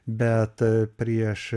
bet prieš